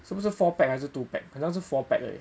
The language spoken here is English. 是不是 four peg 还是 two peg 很像是 four peg 而已